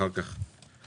אחר כך התחברנו,